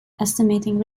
estimating